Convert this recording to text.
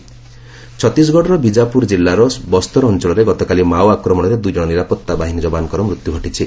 ଛତିଶଗଡ଼ ଛତିଶଗଡ଼ର ବିକାପୁର କିଲ୍ଲାର ବସ୍ତର ଅଞ୍ଚଳରେ ଗତକାଲି ମାଓ ଆକ୍ରମଣରେ ଦୁଇ ଜଣ ନିରାପତ୍ତା ବାହିନୀ ଯବାନଙ୍କର ମୃତ୍ୟୁ ଘଟିଛି